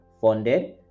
funded